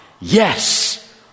Yes